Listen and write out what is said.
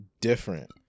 different